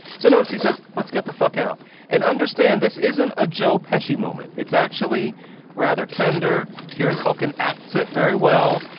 so notice he says let's get the fuck out and understand this isn't a joe pesci moment. it's actually rather tender. kieran culkin acts that very well.